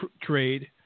trade